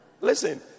Listen